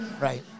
Right